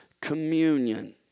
communion